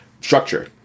structure